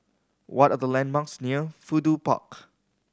what are the landmarks near Fudu Park